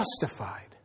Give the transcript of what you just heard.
justified